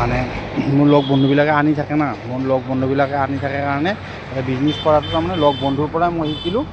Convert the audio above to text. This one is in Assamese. মানে মোৰ লগৰ বন্ধুবিলাকে আনি থাকে ন মোৰ লগৰ বন্ধুবিলাকে আনি থাকে কাৰণে বিজনেছ কৰাটো তাৰমানে লগ বন্ধুৰপৰাই মই শিকিলোঁ